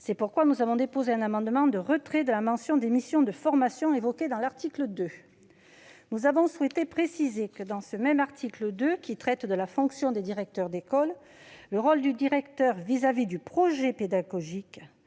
C'est pourquoi nous avons déposé un amendement de retrait de la mention des « missions de formation » évoquées à l'article 2. Nous avons souhaité préciser dans ce même article 2, qui traite de la fonction des directeurs d'école, le rôle du directeur en matière de projet pédagogique.